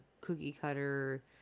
cookie-cutter